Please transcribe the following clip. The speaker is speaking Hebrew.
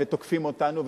ותוקפים אותנו,